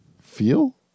feel